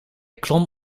klom